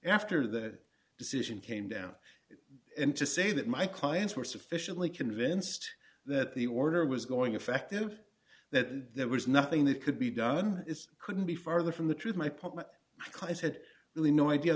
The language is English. after that decision came down to say that my clients were sufficiently convinced that the order was going effective that there was nothing that could be done is couldn't be further from the truth my part but i said really no idea